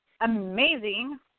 amazing